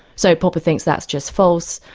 so popper thinks that's just false,